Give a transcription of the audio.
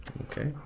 Okay